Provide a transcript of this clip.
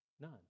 None